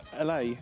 LA